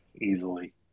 easily